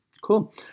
cool